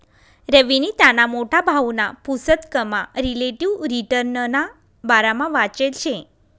रवीनी त्याना मोठा भाऊना पुसतकमा रिलेटिव्ह रिटर्नना बारामा वाचेल शे